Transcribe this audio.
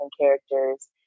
characters